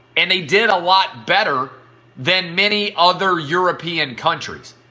and they did a lot better than many other european countries.